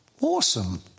Awesome